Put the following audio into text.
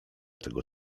tego